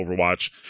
Overwatch